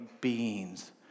beings